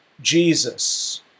Jesus